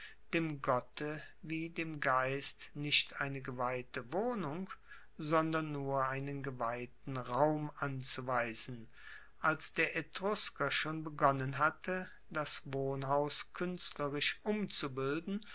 dem gotte wie dem geist nicht eine geweihte wohnung sondern nur einen geweihten raum anzuweisen als der etrusker schon begonnen hatte das wohnhaus kuenstlerisch umzubilden